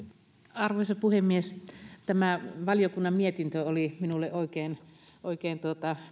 arvoisa puhemies tämä valiokunnan mietintö oli minulle oikein oikein